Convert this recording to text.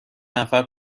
نفر